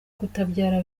kutabyara